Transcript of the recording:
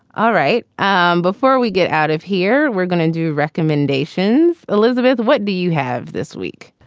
all right. um before we get out of here, we're gonna do recommendations. elizabeth, what do you have this week?